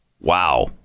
Wow